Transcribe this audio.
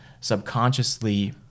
subconsciously